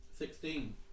Sixteen